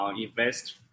invest